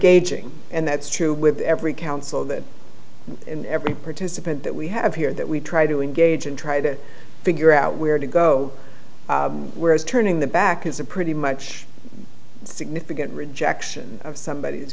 aging and that's true with every council that in every participant that we have here that we try to engage and try to figure out where to go whereas turning the back is a pretty much significant rejection of somebody's